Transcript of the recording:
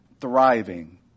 thriving